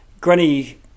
granny